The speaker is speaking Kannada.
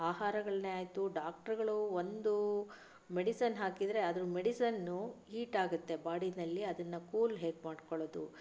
ಆಹಾರಗಳನ್ನೇ ಆಯಿತು ಡಾಕ್ಟರುಗಳು ಒಂದು ಮೆಡಿಸನ್ ಹಾಕಿದರೆ ಅದರ ಮೆಡಿಸನ್ನು ಹೀಟ್ ಆಗುತ್ತೆ ಬಾಡಿಯಲ್ಲಿ ಅದನ್ನು ಕೂಲ್ ಹೇಗೆ ಮಾಡಿಕೊಳ್ಳೋದು